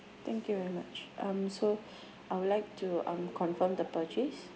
thank you very much um so I would like to um confirm the purchase